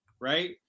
right